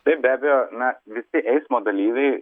taip be abejo na visi eismo dalyviai